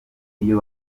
iyo